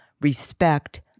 respect